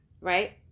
right